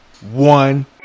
one